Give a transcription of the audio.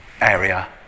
area